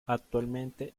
actualmente